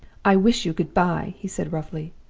i wish you good-by he said, roughly.